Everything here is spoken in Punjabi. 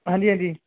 ਹਾਂਜੀ ਹਾਂਜੀ